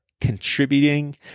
contributing